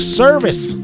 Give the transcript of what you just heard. service